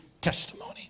testimony